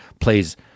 plays